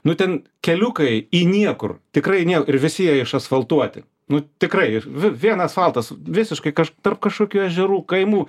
nu ten keliukai į niekur tikrai į niekur ir visi jie išasfaltuoti nu tikrai vien asfaltas visiškai tarp kažkokių ežerų kaimų